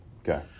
Okay